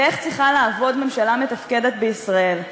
ואיך צריכה לעבוד ממשלה מתפקדת בישראל.